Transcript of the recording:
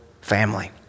family